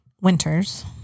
Winters